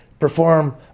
perform